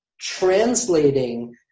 translating